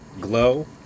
GLOW